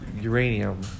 uranium